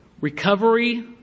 recovery